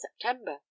september